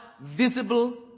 Visible